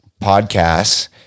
podcasts